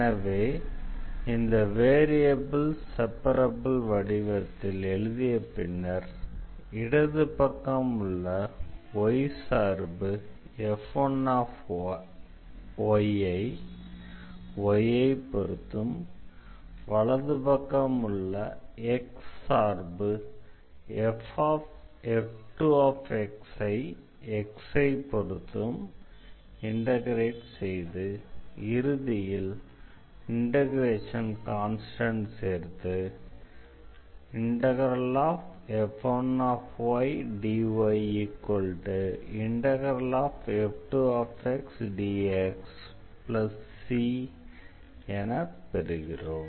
எனவே இந்த variable separable வடிவத்தில் எழுதிய பின்னர் இடது பக்கம் உள்ள y சார்பு f1yஐ y ஐ பொறுத்தும் வலது பக்கம் உள்ள x சார்பு f2xஐ x ஐ பொறுத்தும் இண்டெக்ரேட் செய்து இறுதியில் இண்டெக்ரேஷன் கான்ஸ்டன்ட் சேர்த்து f1ydyf2xdxc என பெறுகிறோம்